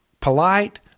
polite